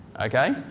Okay